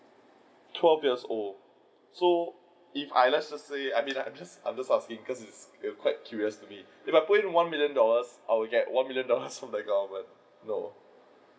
twelve years old so if I let's just say I mean I'm I'm just asking cos' it is quite curious to me if I put in one million dollars I will get one million dollars from the government no